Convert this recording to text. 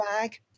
bag